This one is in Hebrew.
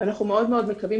אנחנו מקווים מאוד שהדיון,